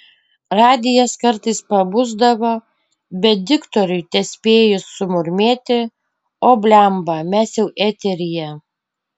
radijas kartais pabusdavo bet diktoriui tespėjus sumurmėti o bliamba mes jau eteryje